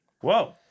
Whoa